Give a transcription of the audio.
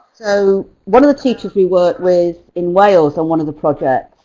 so one of the teachers we worked with in wales on one of the projects.